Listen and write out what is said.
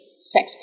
sex